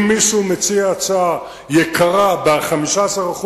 אם מישהו מציע הצעה יקרה ב-15%